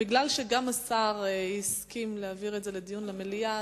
מכיוון שגם השר הסכים להעביר את הנושא לדיון במליאה,